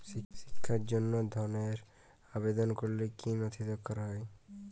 শিক্ষার জন্য ধনের আবেদন করলে কী নথি দরকার হয়?